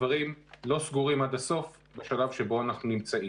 הדברים לא סגורים עד הסוף בשלב שבו אנחנו נמצאים.